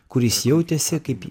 kuris jautėsi kaip